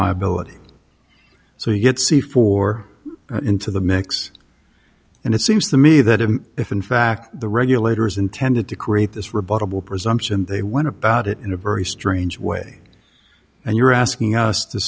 liability so you get c four into the mix and it seems to me that if in fact the regulators intended to create this rebuttable presumption they went about it in a very strange way and you're asking us t